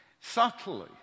subtly